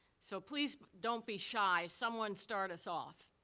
so please don't be shy. someone start us off.